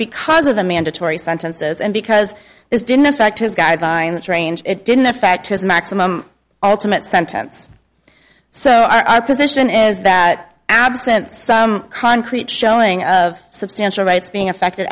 because of the mandatory sentences and because this didn't affect his guideline that range it didn't affect his maximum ultimate sentence so our position is that absent some concrete showing of substantial rights being affected